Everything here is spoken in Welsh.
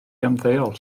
ymddeol